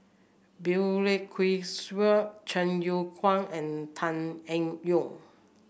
Balli Kaur Jaswal Chong Kee Hiong and Tan Eng Yoon